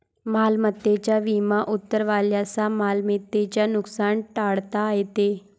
मालमत्तेचा विमा उतरवल्यास मालमत्तेचे नुकसान टाळता येते